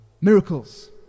miracles